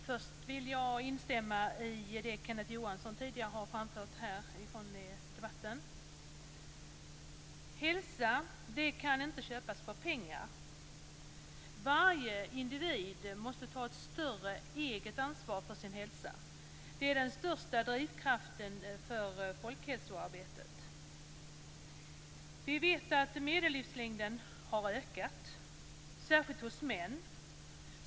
Fru talman! Först vill jag instämma i det Kenneth Johansson tidigare har framfört i debatten. Hälsa kan inte köpas för pengar! Varje individ måste ta ett större eget ansvar för sin hälsa. Det är den största drivkraften för folkhälsoarbetet. Vi vet att medellivslängden har ökat, särskilt hos män.